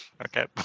Okay